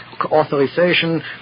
authorization